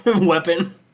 Weapon